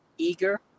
eager